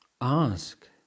ask